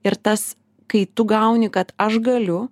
ir tas kai tu gauni kad aš galiu